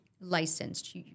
licensed